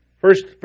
First